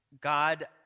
God